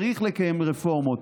צריך לקיים רפורמות,